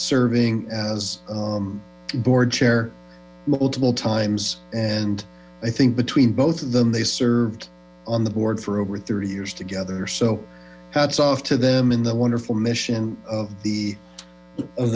serving as board chair multiple times and i think between both of them they served on the board for over thirty years together so hats off to them and the wonderful mission